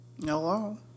hello